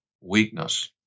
weakness